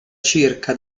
circa